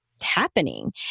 happening